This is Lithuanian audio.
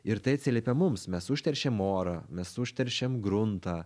ir tai atsiliepia mums mes užteršėm orą mes užteršėm gruntą